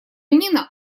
нина